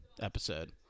episode